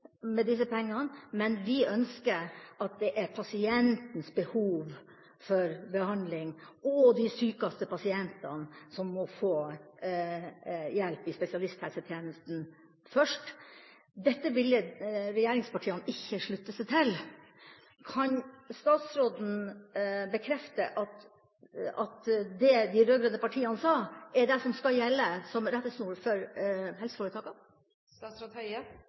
men at vi ønsket at det var pasientens behov for behandling som måtte komme først, og at det var de sykeste pasientene som måtte få hjelp i spesialisthelsetjenesten. Dette ville regjeringspartiene ikke slutte seg til. Kan statsråden bekrefte at det de rød-grønne partiene sa, er det som skal gjelde som rettesnor for